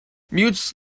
mutes